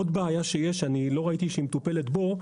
עוד בעיה שיש ולא ראיתי שהיא מטופלת בו,